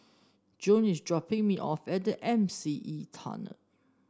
Joan is dropping me off at M C E Tunnel